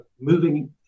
moving